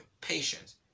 patience